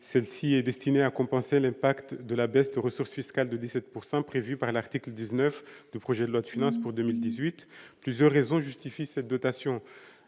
celle-ci est destinée à compenser l'impact de la baisse de ressources fiscales de 17 pourcent prévus par l'article 19 du projet de loi de finances pour 2018 plusieurs raisons justifient cette dotation